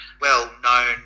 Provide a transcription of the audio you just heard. well-known